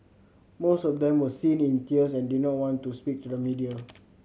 most of them were seen in tears and did not want to speak to the media